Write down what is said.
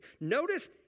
Notice